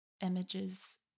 images